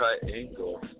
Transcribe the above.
triangle